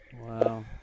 Wow